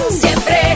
Siempre